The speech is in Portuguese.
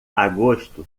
agosto